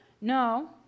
No